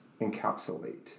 encapsulate